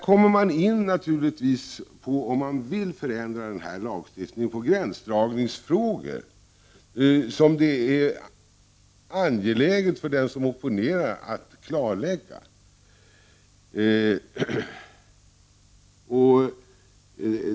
Om man vill förändra denna lagstiftning kommer man ju in på gränsdragningsfrågor, som det är angeläget för den som opponerar att klarlägga.